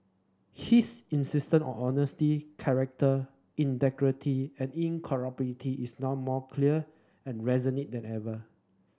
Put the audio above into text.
his insistence on honesty character integrity and incorruptibility is now more clear and resonant than ever